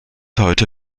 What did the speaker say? heute